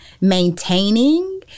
maintaining